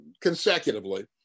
consecutively